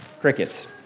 crickets